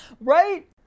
Right